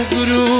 Guru